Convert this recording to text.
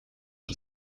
het